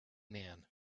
man